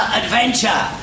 adventure